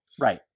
Right